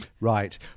Right